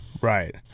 Right